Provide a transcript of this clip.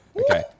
Okay